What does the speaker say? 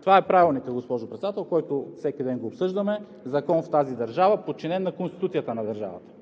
Това е Правилникът, госпожо Председател, който всеки ден го обсъждаме – закон в тази държава, подчинен на Конституцията на държавата.